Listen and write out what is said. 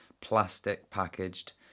plastic-packaged